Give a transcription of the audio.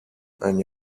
and